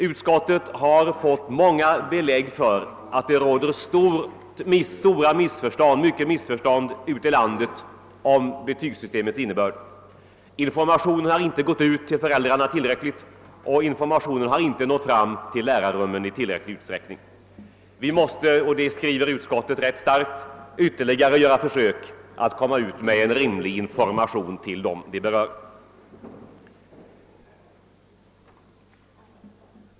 Utskottet har fått många belägg för att det råder stora missförstånd ute i landet när det gäller betygssystemets innebörd. Informationen har inte i tillräcklig utsträckning nått ut till föräldrarna och fram till lärarrummen. Vi måste — detta betonar utskottet ganska starkt — göra ytterligare försök att få ut en rimlig information till dem detta berör.